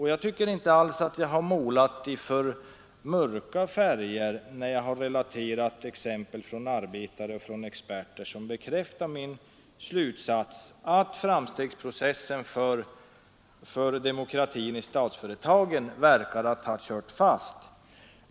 Jag tycker inte alls att jag har målat i för mörka färger när jag har relaterat exempel från arbetare och experter, vilka bekräftar min slutsats att framstegsprocessen för demokratin i statsföretagen verkar ha kört fast.